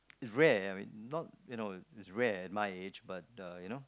it's rare I mean not you know it's rare at my age but you know